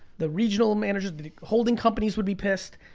the regional managers, the holding companies would be pissed.